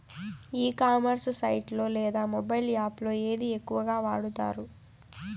ఈ commerce site లో లేదా మొబైల్ యాప్ లో ఏది ఎక్కువగా వాడుతారు?